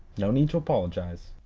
no need to apologize.